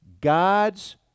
God's